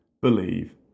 believe